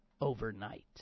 overnight